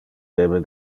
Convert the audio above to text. debe